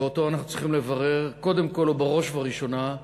ואותו אנחנו צריכים לברר קודם כול ובראש ובראשונה,